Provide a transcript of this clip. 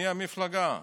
מי המפלגה?